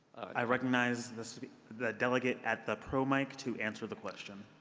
i recognize the so the delegate at the pro mic to answer the question.